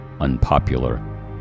unpopular